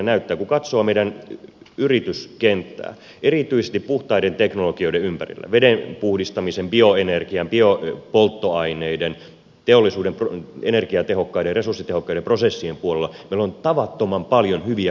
kun katsoo meidän yrityskenttäämme erityisesti puhtaiden teknologioiden ympärillä veden puhdistamisen bioenergian biopolttoaineiden teollisuuden energiatehokkaiden resurssitehokkaiden prosessien puolella meillä on tavattoman paljon hyviä kasvavia yrityksiä